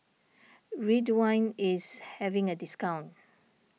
Ridwind is having a discount